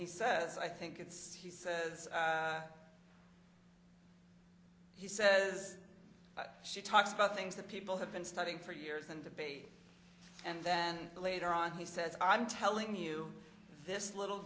he says i think it's he says he says she talks about things that people have been studying for years and debate and then later on he says i'm telling you this little